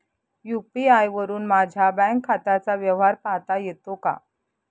UPI वरुन माझ्या bank खात्याचा व्यवहार पाहता येतो का?